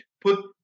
put